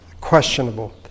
questionable